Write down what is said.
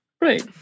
right